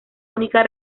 única